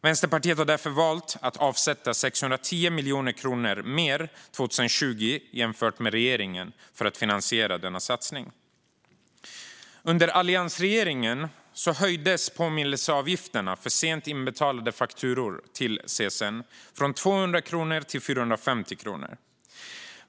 Vänsterpartiet har därför valt att avsätta 610 miljoner kronor mer än regeringen 2020 för att finansiera denna satsning. Under alliansregeringen höjdes påminnelseavgifterna för sent inbetalade fakturor till CSN från 200 kronor till 450 kronor.